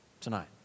tonight